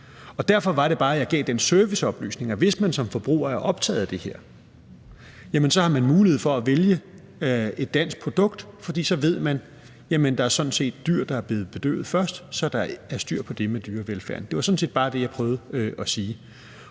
Og derfor var det bare, at jeg gav den serviceoplysning, at hvis man som forbruger er optaget af det her, har man mulighed for at vælge et dansk produkt, for så ved man, at det sådan set er dyr, der er blevet bedøvet først, så der er styr på det med dyrevelfærden. Det var sådan set bare det, jeg prøvede at sige.